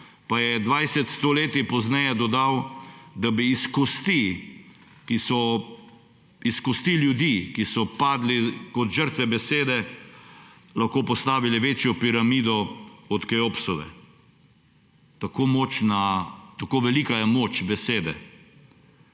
pa je 20 stoletij pozneje dodal, da bi iz kosti ljudi, ki so padli kot žrtve besede, lahko postavili večjo piramido od Keopsove. Tako močna, tako velika je moč besede.